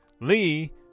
Lee